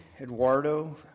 Eduardo